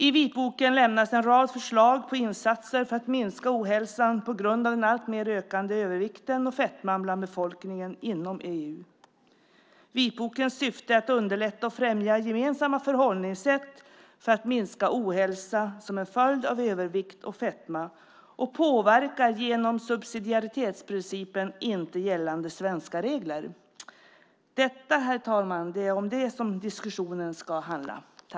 I vitboken lämnas en rad förslag på insatser för att minska ohälsan på grund av den alltmer ökande övervikten och fetman bland befolkningen inom EU. Vitbokens syfte är att underlätta och främja gemensamma förhållningssätt för att minska ohälsa som en följd av övervikt och fetma och påverkar genom subsidiaritetsprincipen inte gällande svenska regler. Detta, herr talman, ska diskussionen handla om.